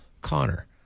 Connor